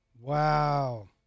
Wow